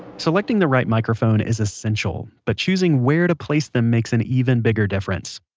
selecting the right microphone is essential. but choosing where to place them makes an even bigger difference.